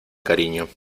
cariño